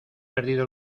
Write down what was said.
perdido